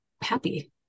happy